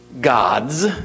God's